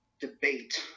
debate